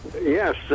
Yes